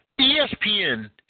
ESPN